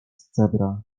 cebra